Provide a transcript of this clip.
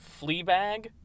Fleabag